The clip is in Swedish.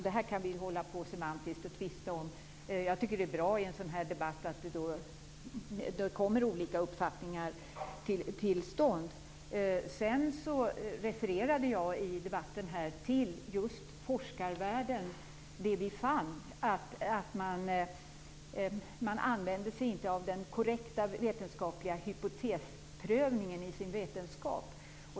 Detta kan vi hålla på att föra en semantisk tvist om. Jag tycker att det är bra i en sådan här debatt att det kommer många olika uppfattningar till tals. Sedan refererade jag till forskarvärlden. Vi fann att man inte använde sig av den korrekta vetenskapliga hypotesprövningen i sin vetenskap.